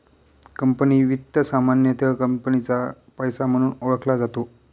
company वित्त सामान्यतः कंपनीचा पैसा म्हणून ओळखला जातो